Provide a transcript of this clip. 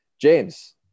James